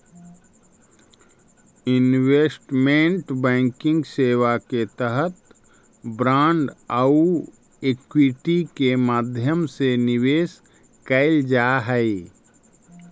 investment banking सेवा के तहत बांड आउ इक्विटी के माध्यम से निवेश कैल जा हइ